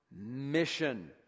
mission